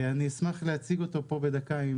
אני אשמח להציג אותו פה בדקה.